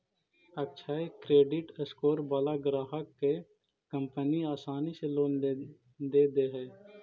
अक्षय credit score वाला ग्राहक के कंपनी आसानी से लोन दे दे हइ